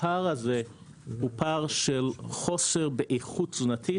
הפער הזה הוא פער של חוסר באיכות תזונתי,